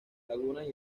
lagunas